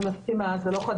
אני מסכימה, זה לא חדש.